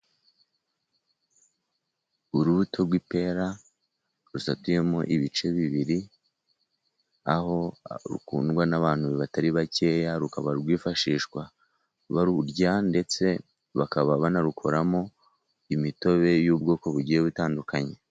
Urubuto rw'ipera rusatuyemo ibice bibiri aho rukundwa n'abantu batari bakeya rukaba rwifashishwa barurya ndetse bakaba banarukoramo imitobe y'ubwoko bugiye butandukanye.